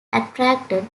attracted